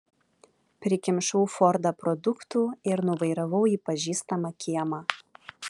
prikimšau fordą produktų ir nuvairavau į pažįstamą kiemą